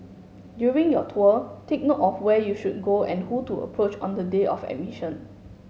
during your tour take note of where you should go and who to approach on the day of admission